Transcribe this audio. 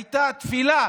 היו תפילה